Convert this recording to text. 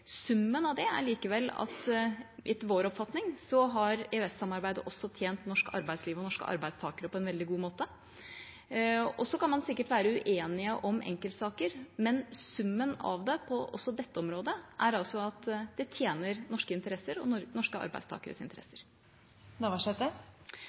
Summen av det er likevel at etter vår oppfatning har EØS-samarbeidet også tjent norsk arbeidsliv og norske arbeidstakere på en veldig god måte. Man kan sikkert være uenig om enkeltsaker, men summen av det – også på dette området – er at det tjener norske interesser og norske arbeidstakeres